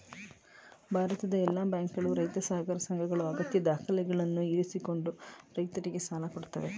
ಭಾರತದ ಎಲ್ಲಾ ಬ್ಯಾಂಕುಗಳು, ರೈತ ಸಹಕಾರಿ ಸಂಘಗಳು ಅಗತ್ಯ ದಾಖಲೆಗಳನ್ನು ಇರಿಸಿಕೊಂಡು ರೈತರಿಗೆ ಸಾಲ ಕೊಡತ್ತವೆ